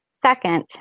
Second